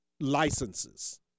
licenses